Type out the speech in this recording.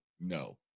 no